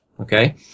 Okay